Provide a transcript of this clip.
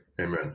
Amen